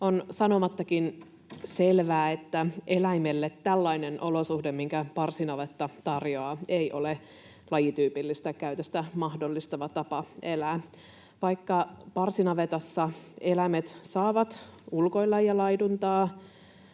On sanomattakin selvää, että eläimelle tällainen olosuhde, minkä parsinavetta tarjoaa, ei ole lajityypillistä käytöstä mahdollistava tapa elää. Vaikka parsinavetassa eläimet saavat ulkoilla ja laiduntaa,